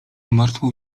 martwą